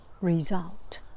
result